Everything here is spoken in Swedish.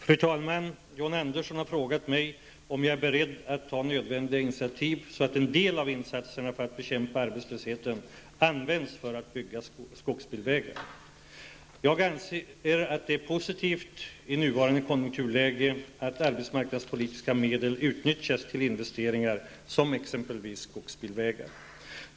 Fru talman! John Andersson har frågat mig om jag är beredd att ta nödvändiga initiativ så att en del av insatserna för att bekämpa arbetslösheten används för att bygga skogsbilvägar. Jag anser att det är positivt, i nuvarande konjunkturläge, att arbetsmarknadspolitiska medel utnyttjas till investeringar, exempelvis skogsbilvägar.